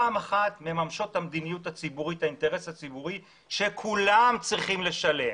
מממשות את האינטרס הציבורי שכולם צריכים לשלם